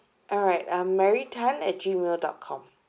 alright um mary tan at gmail dot com